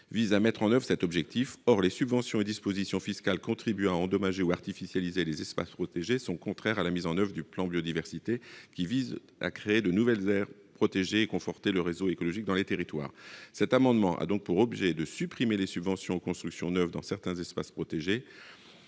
vise à mettre en oeuvre. Or les subventions et dispositions fiscales contribuant à endommager ou artificialiser les espaces protégés sont contraires à la mise en oeuvre de ce même plan qui tend à « créer de nouvelles aires protégées et conforter le réseau écologique dans les territoires ». Cet amendement a donc pour objet de supprimer les subventions aux constructions neuves dans certains espaces protégés,